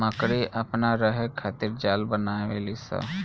मकड़ी अपना रहे खातिर जाल बनावे ली स